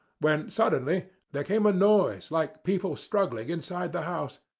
when suddenly there came a noise like people struggling inside the house.